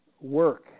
work